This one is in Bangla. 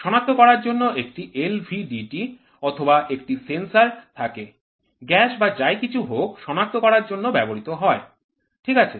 শনাক্ত করার জন্য একটি LVDT অথবা একটি সেন্সর থাকে গ্যাস বা যাই কিছু হোক সনাক্ত করার জন্য ব্যবহৃত হয় ঠিক আছে